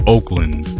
Oakland